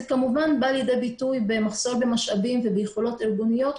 כמובן בא לידי ביטוי במחסור במשאבים וביכולות ארגוניוות,